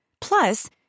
Plus